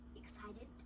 excited